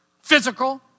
physical